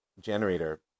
generator